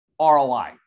ROI